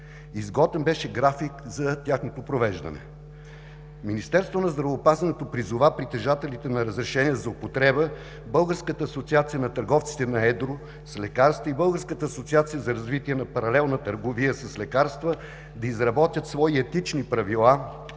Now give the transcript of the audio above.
Изготвен беше график за тяхното провеждане. Министерството на здравеопазването призова притежателите на разрешения за употреба, Българската асоциация на търговците на едро с лекарства и Българската асоциация за развитие на паралелна търговия с лекарства да изработят свои етични правила